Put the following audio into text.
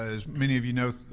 as many of you know,